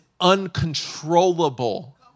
uncontrollable